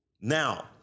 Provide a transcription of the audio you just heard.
Now